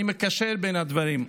אני מקשר בין הדברים.